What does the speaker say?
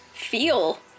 feel